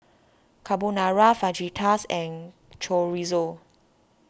Carbonara Fajitas and Chorizo